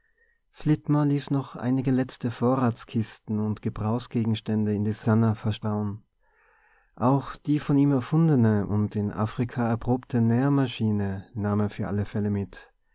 flitmore ließ noch einige letzte vorratskisten und gebrauchsgegenstände in der sannah verstauen auch die von ihm erfundene und in afrika erprobte nährmaschine nahm er für alle fälle mit